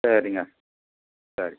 சரிங்க சரி